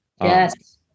yes